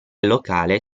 locale